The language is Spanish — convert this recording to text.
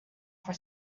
fue